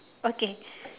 okay